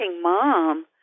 mom